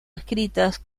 escritas